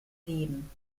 leben